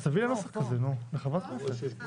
אז תביאי לה נוסח כזה, היא חברת כנסת.